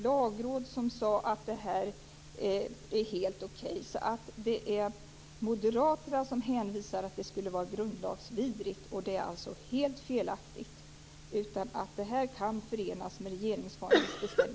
Lagrådet sade att detta var helt okej. Det är Moderaterna som hänvisar till att det skulle vara grundlagsvidrigt, vilket alltså är helt felaktigt. Detta kan förenas med regeringsformens bestämmelse.